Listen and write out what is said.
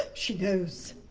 she knows!